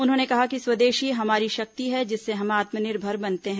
उन्होंने कहा कि स्वदेशी हमारी शक्ति है जिससे हम आत्मनिर्भर बनते हैं